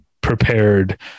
prepared